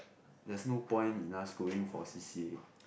there's no point in us going for C_C_A